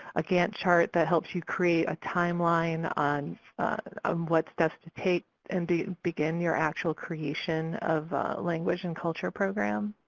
a gantt chart that helps you create a timeline on um what's best to take and begin your actual creation of language and culture program.